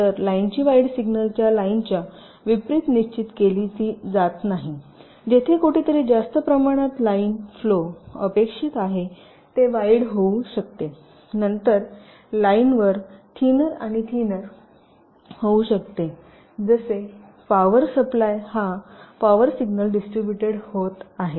तर लाईनची वायड सिग्नलच्या लाईनच्या विपरीत निश्चित केली जात नाही जेथे कोठेतरी जास्त प्रमाणात लाईन फ्लो अपेक्षित आहे ते वायड होऊ शकते नंतर लाईनवर थींनर आणि थींनर होऊ शकते जसे पॉवर सप्लाय हा पॉवर सिग्नल डिस्ट्रीब्युटेड होत आहेत